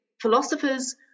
philosophers